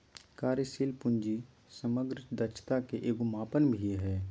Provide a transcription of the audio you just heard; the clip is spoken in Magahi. कार्यशील पूंजी समग्र दक्षता के एगो मापन भी हइ